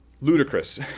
ludicrous